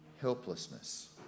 helplessness